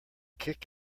kick